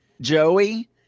Joey